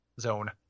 zone